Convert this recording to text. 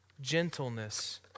gentleness